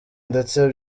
ndetse